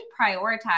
prioritize